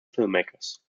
filmmakers